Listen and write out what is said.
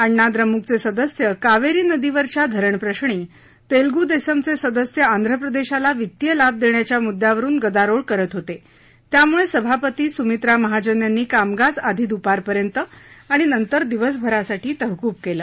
अण्णा दुम्रकचे सदस्य कावेरी नदीवरच्या धरणप्रश्री तेलगूदेसमचे सदस्य आंध्रप्रदेशाला वित्तीय लाभ देण्याच्या मुद्यावरुन गदारोळ करत होते त्यामुळे सभापती सुमित्रा महाजन यांनी कामकाज आधी दुपारपर्यंत आणि नंतर दिवसभरासाठी तहकूब केलं